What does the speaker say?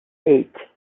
eight